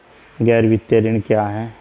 गैर वित्तीय ऋण क्या है?